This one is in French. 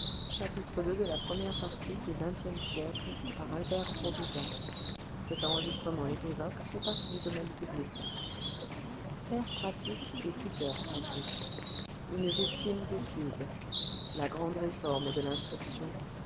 père pratique et tuteur pratique une victime des tubes la grande réforme de l'instruction